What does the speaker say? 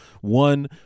One